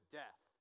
death